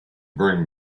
bring